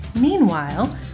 Meanwhile